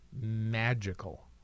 magical